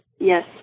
yes